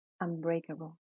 unbreakable